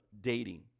dating